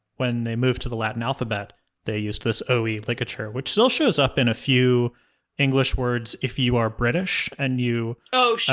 when they moved to the latin alphabet they used this oh-eee ligature, which still shows up in a few english words if you are british, and you sarah oh, sure.